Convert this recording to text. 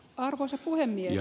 arvoisa puhemies